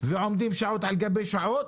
אומרים לי קרובי משפחה,